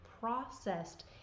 processed